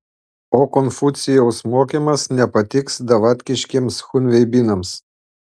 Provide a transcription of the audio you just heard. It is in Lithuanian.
o konfucijaus mokymas nepatiks davatkiškiems chunveibinams